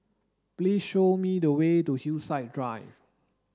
please show me the way to Hillside Drive